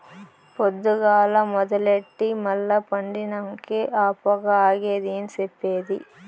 పొద్దుగాల మొదలెట్టి మల్ల పండినంకే ఆ పొగ ఆగేది ఏం చెప్పేది